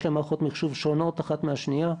יש להם מערכות מחשוב שונות אחת מהשנייה.